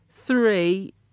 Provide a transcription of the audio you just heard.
three